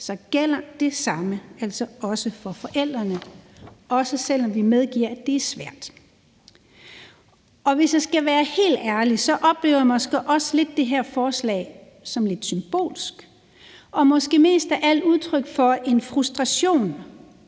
så gælder det samme altså også for forældrene, også selv om vi medgiver, at det er svært. Og hvis jeg skal være helt ærlig, oplever jeg måske også lidt det her forslag som lidt symbolsk og måske mest af alt udtryk for en frustration.